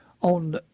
on